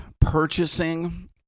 purchasing